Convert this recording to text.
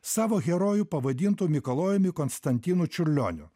savo herojų pavadintų mikalojumi konstantinu čiurlioniu